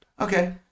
Okay